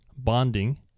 bonding